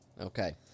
Okay